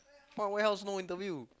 what who else no interview